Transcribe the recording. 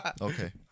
Okay